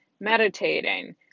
meditating